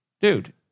dude